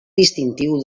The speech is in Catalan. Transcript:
distintiu